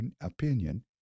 opinion